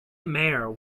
mare